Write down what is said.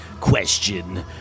question